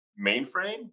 mainframe